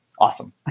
awesome